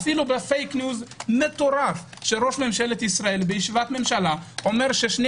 אפילו בפייק ניוז מטורף של ראש ממשלת ישראל בישיבת ממשלה אומר ששני